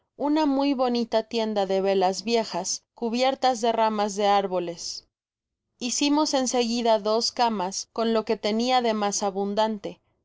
una muy bonita tienda de velas viejas cubiertas de ramas de árboles hicimos en seguida dos camas con lo que tenia de mas abundante